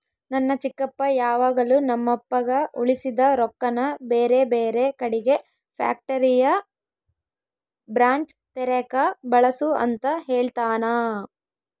ನನ್ನ ಚಿಕ್ಕಪ್ಪ ಯಾವಾಗಲು ನಮ್ಮಪ್ಪಗ ಉಳಿಸಿದ ರೊಕ್ಕನ ಬೇರೆಬೇರೆ ಕಡಿಗೆ ಫ್ಯಾಕ್ಟರಿಯ ಬ್ರಾಂಚ್ ತೆರೆಕ ಬಳಸು ಅಂತ ಹೇಳ್ತಾನಾ